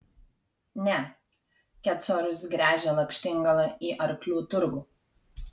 ne kecorius gręžia lakštingalą į arklių turgų